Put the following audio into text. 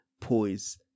poise